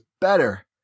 better